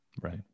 Right